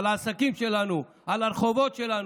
על העסקים שלנו ועל הרחובות שלנו.